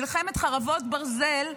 מלחמת חרבות ברזל,